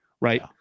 right